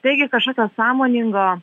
taigi kažkokio sąmoningo